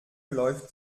läuft